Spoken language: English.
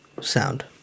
Sound